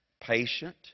patient